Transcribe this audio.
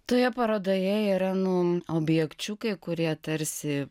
toje parodoje yra nu objekčiukai kurie tarsi